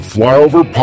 Flyover